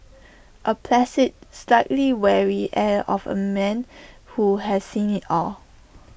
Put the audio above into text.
A placid slightly weary air of A man who has seen IT all